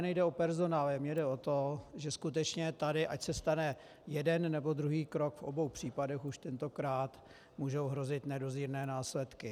Nejde mi o personál, ale mně jde o to, že skutečně tady ať se stane jeden, nebo druhý krok, v obou případech už tentokrát mohou hrozit nedozírné následky.